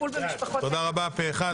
הצבעה אושר תודה רבה, פה-אחד.